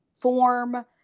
form